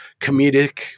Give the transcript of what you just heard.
comedic